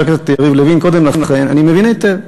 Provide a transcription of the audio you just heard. הכנסת יריב לוין קודם לכן אני מבין היטב.